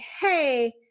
hey